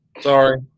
Sorry